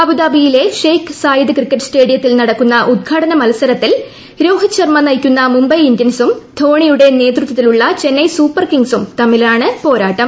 അബുദാബിയിലെ Sheikh Zayed cricket സ്റ്റേഡിയത്തിൽ നടക്കുന്ന ഉദ്ഘാട്ട്ന മത്സരത്തിൽ രോഹിത് ശർമ നയിക്കുന്ന മുംബൈ ഇന്ത്യൻസും ധോണിയുടെ നേതൃത്വത്തിലുള്ള ചെന്നൈ സൂപ്പർ കിങ്ങ്സും തമ്മിലാണ് പോരാട്ടം